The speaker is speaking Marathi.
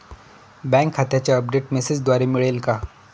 बँक खात्याचे अपडेट मेसेजद्वारे मिळेल का?